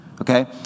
okay